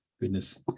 goodness